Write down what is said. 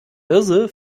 hirse